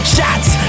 Shots